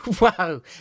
Wow